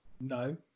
No